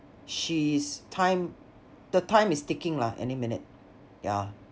she is time the time is ticking lah any minute yeah